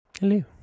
hello